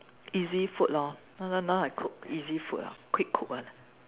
easy food lor sometimes now I cook easy food lah quick cook one